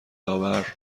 آور